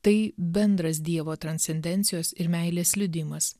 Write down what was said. tai bendras dievo transcendencijos ir meilės liudijimas